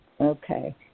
Okay